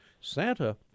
Santa